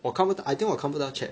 我看不到 I think 我看不到 chat